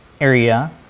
area